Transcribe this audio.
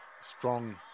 strong